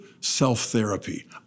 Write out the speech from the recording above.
self-therapy